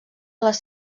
les